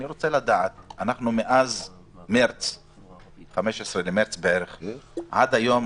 מאז ה-15 למרץ ועד היום